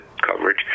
coverage